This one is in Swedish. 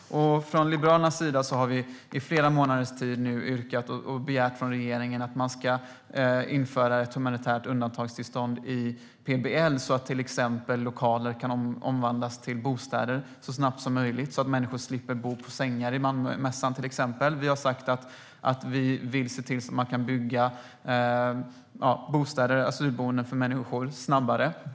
Från Liberalernas sida har vi under flera månaders tid nu begärt att regeringen ska införa ett humanitärt undantagstillstånd i PBL, så att till exempel lokaler kan omvandlas till bostäder så snabbt som möjligt och människor slipper att sova i sängar i Malmömässan, till exempel. Vi har sagt att vi vill se till att man kan bygga asylboenden för människor snabbare.